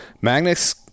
Magnets